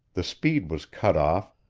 the speed was cut off,